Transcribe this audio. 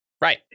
right